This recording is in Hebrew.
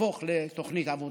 תהפוך לתוכנית עבודה.